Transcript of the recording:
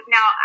Now